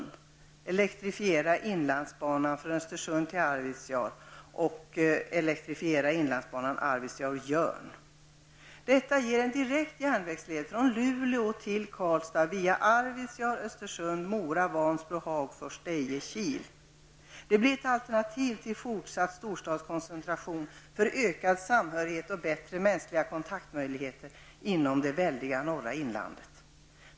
Det blir ett alternativ till fortsatt storstadskoncentration för ökad samhörighet och bättre mänskliga kontaktmöjligheter inom det väldiga norra inlandet.